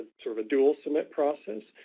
sort of a dual submit process.